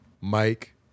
mike